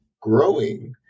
growing